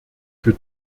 für